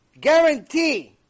guarantee